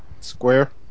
square